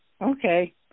Okay